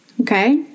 okay